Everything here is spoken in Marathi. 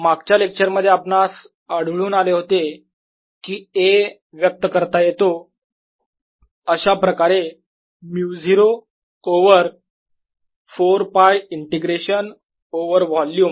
मागच्या लेक्चर मध्ये आपणास आढळून आले होते की A व्यक्त करता येतो अशाप्रकारे μ0 ओवर 4 π इंटिग्रेशन ओवर वोल्युम